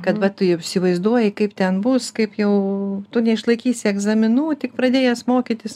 kad vat tu jau įsivaizduoji kaip ten bus kaip jau tu neišlaikysi egzaminų tik pradėjęs mokytis